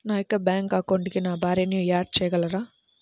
నా యొక్క బ్యాంక్ అకౌంట్కి నా భార్యని యాడ్ చేయగలరా?